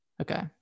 Okay